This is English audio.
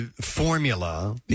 formula